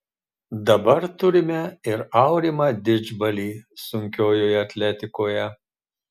dabar turime ir aurimą didžbalį sunkiojoje atletikoje